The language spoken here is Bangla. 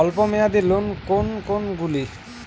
অল্প মেয়াদি লোন কোন কোনগুলি?